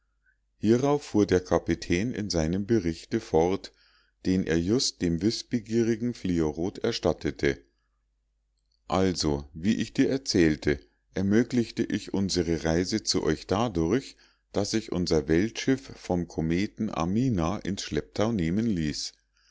hierauf fuhr der kapitän in seinem berichte fort den er just dem wißbegierigen fliorot erstattete also wie ich dir erzählte ermöglichte ich unsere reise zu euch dadurch daß ich unser weltschiff vom kometen amina ins schlepptau nehmen ließ